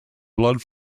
blood